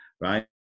right